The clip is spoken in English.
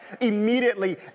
immediately